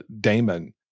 Damon